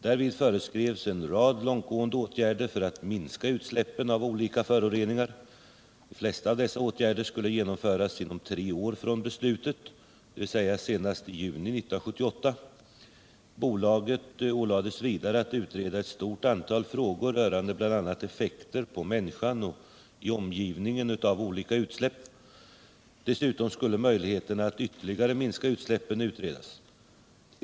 Därvid föreskrevs en rad långtgående åtgärder för att minska utsläppen av olika föroreningar. De flesta av dessa åtgärder skulle genomföras inom tre år från beslutet, dvs. senast i juni 1978. Bolaget ålades vidare att utreda ett stort antal frågor rörande bl.a. effekter på människan och i omgivningen av olika utsläpp. Dessutom skulle möjligheterna att ytterligare minska utsläppen utredas.